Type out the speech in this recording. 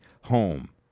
home